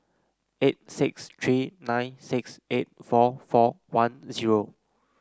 eight six three nine six eight four four one zero